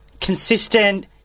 consistent